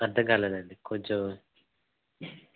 అర్ధం కాలేదు అండి కొంచం